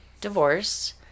divorce